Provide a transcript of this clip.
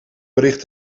bericht